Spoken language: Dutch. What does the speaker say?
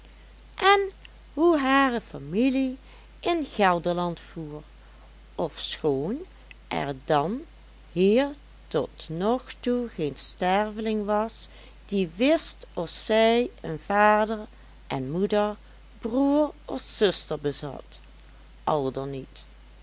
en hoe hare familie in gelderland voer ofschoon er dan hier tot nog toe geen sterveling was die wist of zij een vader en moeder broer of zuster bezat al dan niet